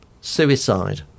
suicide